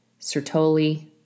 Sertoli